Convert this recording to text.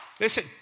Listen